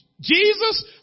Jesus